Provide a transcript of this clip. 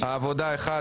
העבודה אחד,